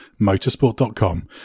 motorsport.com